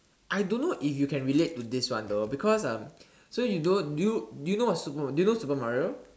I don't know if you can relate to this one though because um so you know do you do you know what is super do you know Super Mario